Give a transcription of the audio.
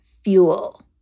fuel